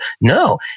No